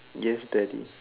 yes Daddy